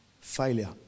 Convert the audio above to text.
failure